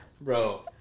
Bro